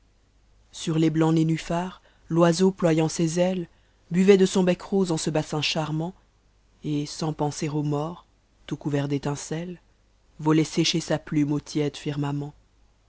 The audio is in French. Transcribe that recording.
sur tes blancs nénuphars l'oiseau ployant ses ahes buvait de son bec rose en ce bassin charmant et sans penser aux morts tout couvert d'emncemt volait sécher sa plume au tiède nrmament